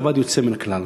זה עבד יוצא מן הכלל.